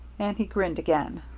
and he grinned again.